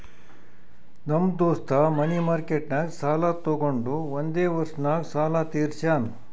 ನಮ್ ದೋಸ್ತ ಮನಿ ಮಾರ್ಕೆಟ್ನಾಗ್ ಸಾಲ ತೊಗೊಂಡು ಒಂದೇ ವರ್ಷ ನಾಗ್ ಸಾಲ ತೀರ್ಶ್ಯಾನ್